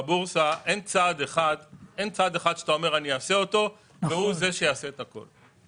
בבורסה אין צעד אחד שאתה אומר אני אעשה אותו והוא זה שיעשה את הכול.